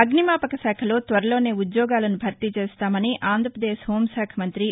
అగ్నిమాపక శాఖలో త్వరలోనే ఉద్యోగాలను భర్తీ చేస్తామని ఆంధ్రాపదేశ్ హెూం శాఖమంత్రి న్న